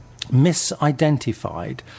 misidentified